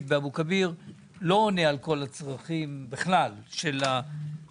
באבו כביר לא עונה על כל הצרכים של הנפטרים.